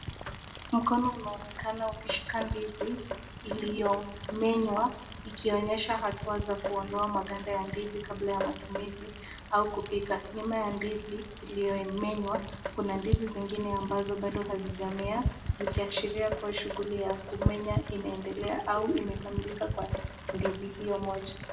Mkono unaonekana ukishika ndizi uliyomenywa ,ikionyesha hatua ya kuondoa maganda ya ndizi kabla ya matumizi, au kupika. Nyuma ya ndizi iliyomenya, kuna ndizi zingine ambazo bado hazijamea, ikiashiria kuwa shughuli ya kumenya inaendea au imekamilika kwa ndizi